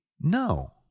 No